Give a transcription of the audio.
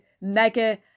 mega